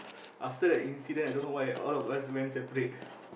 after that incident I don't know why all of us went separate